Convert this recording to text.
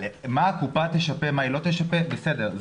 מה הקופה תשפה ומה היא לא תשפה בסדר,